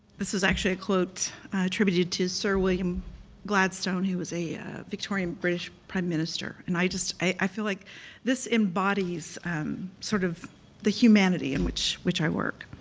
this is actually a quote attributed to sir william gladstone who was a victorian british prime minister, and i just, i feel like this embodies sort of the humanity in which which i work.